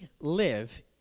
live